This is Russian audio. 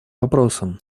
вопросам